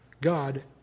God